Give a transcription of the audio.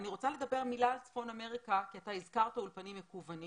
אני רוצה לומר מילה על צפון אמריקה כי אתה הזכרת אולפנים מקוונים.